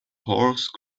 horse